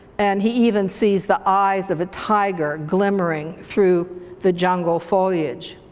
and he even sees the eyes of a tiger glimmering through the jungle foliage.